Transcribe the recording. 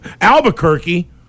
Albuquerque